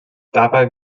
dabei